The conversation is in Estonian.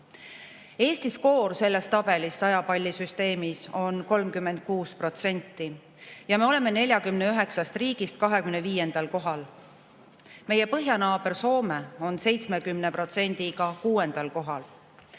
Eesti skoor selles tabelis 100 palli süsteemis on 36% ja me oleme 49 riigi seas 25. kohal. Meie põhjanaaber Soome on 70%-ga kuuendal